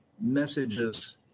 messages